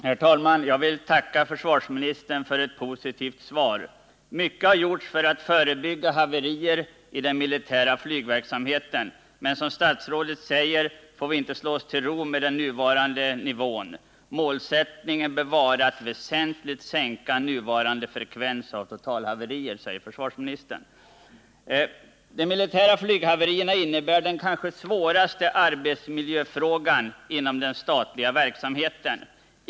Herr talman! Jag vill tacka försvarsministern för ett positivt svar. Mycket har gjorts för att förebygga haverier i den militära Nygverksamheten, men som statsrådet säger får vi inte slå oss till ro med den nuvarande nivån. Målsättningen bör vara att väsentligt sänka nuvarande frekvens av totalhaverier, säger försvarsministern. De militära Nyghaverierna innebär den kanske svåraste arbetsmiljöfrågan inom den statliga verksamheten.